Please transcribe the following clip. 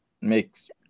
makes